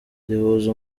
zihuza